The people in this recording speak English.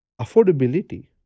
affordability